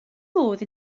modd